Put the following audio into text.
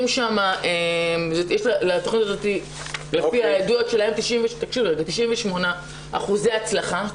לתכנית הזאת לפי העדויות שלהם 98% הצלחה,